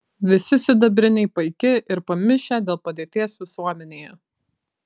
visi sidabriniai paiki ir pamišę dėl padėties visuomenėje